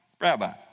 Rabbi